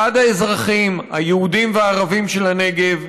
בעד האזרחים היהודים והערבים של הנגב,